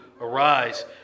arise